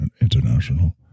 international